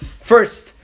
First